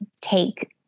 take